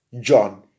John